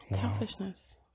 Selfishness